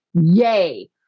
Yay